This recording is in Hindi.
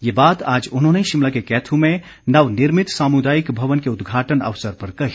ये बात आज उन्होंने शिमला के कैथू में नवनिर्मित सामुदायिक भवन के उद्घाटन अवसर पर कही